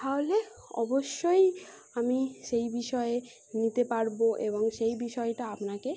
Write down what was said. তাহলে অবশ্যই আমি সেই বিষয়ে নিতে পারব এবং সেই বিষয়টা আপনাকে